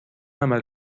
عمل